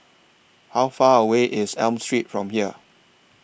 How Far away IS Elm Street from here